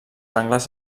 angles